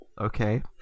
Okay